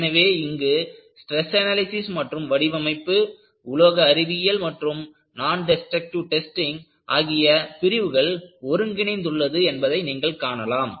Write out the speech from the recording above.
எனவே இங்கு stress analysis மற்றும் வடிவமைப்பு உலோக அறிவியல் மற்றும் நான் டெஸ்டருக்ட்டிவ் டெஸ்டிங் ஆகிய பிரிவுகள் ஒருங்கிணைந்துள்ளது என்பதை நீங்கள் காணலாம்